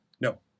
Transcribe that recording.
No